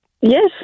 Yes